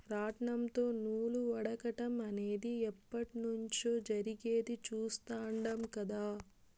రాట్నంతో నూలు వడకటం అనేది ఎప్పట్నుంచో జరిగేది చుస్తాండం కదా